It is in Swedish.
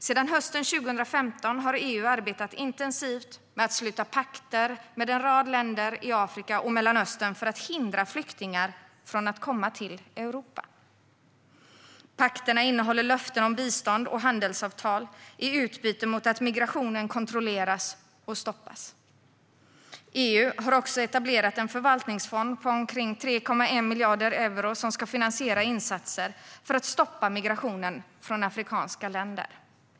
Sedan hösten 2015 har EU arbetat intensivt med att sluta pakter med en rad länder i Afrika och Mellanöstern för att hindra flyktingar från att komma till Europa. Pakterna innehåller löften om bistånd och handelsavtal i utbyte mot att migrationen kontrolleras och stoppas. EU har också etablerat en förvaltningsfond på omkring 3,1 miljarder euro som ska finansiera insatser för att stoppa migrationen från afrikanska länder.